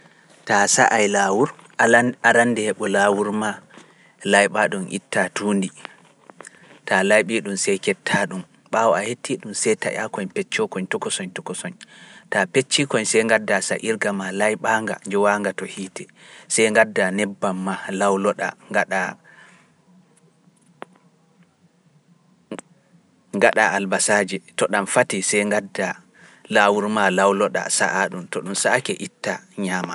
Ta sa'ai laawur alande arande heɓu lawru ma layɓa ɗum itta tuundi, ta layɓi ɗum seketa ɗum, ɓaawo a hetti ɗum seeta yaakoñ peccoo koñ tokosoñ tokosoñ, ta pecci koñ se gadda saayirga ma layɓa nga njowa nga to hiite, se gadda nebbam ma lawloɗa gaɗa albasaaji to ɗam fati se gadda lawru ma lawloɗa saaha ɗum to ɗum saaki itta ñama.